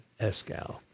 Escal